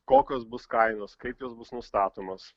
kokios bus kainos kaip jos bus nustatomos